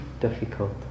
difficult